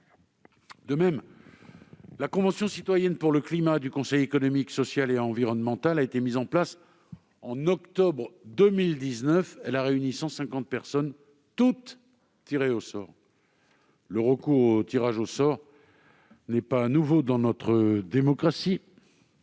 De même, la Convention citoyenne pour le climat du Conseil économique, social et environnemental a été mise en place en octobre 2019 ; elle a réuni cent cinquante personnes toutes tirées au sort. Le recours au tirage au sort n'est pas nouveau dans notre démocratie,